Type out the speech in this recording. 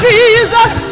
Jesus